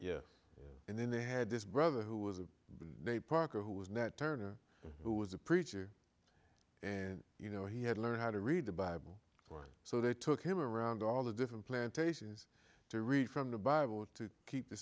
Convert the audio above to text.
yeah and then they had this brother who was a named parker who was nat turner who was a preacher and you know he had learned how to read the bible so they took him around all the different plantations to read from the bible to keep the